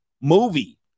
movie